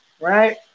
Right